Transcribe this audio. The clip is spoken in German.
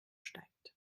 steigt